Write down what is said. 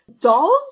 dolls